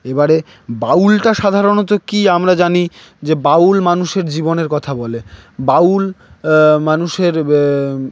এবারে বাউলটা সাধারণত কি আমরা জানি যে বাউল মানুষের জীবনের কথা বলে বাউল মানুষের